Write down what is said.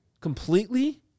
completely